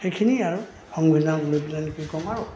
সেইখিনিয়ে আৰু সংবিধানকলৈ পেলাইনো কি ক'ম আৰু